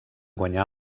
guanyar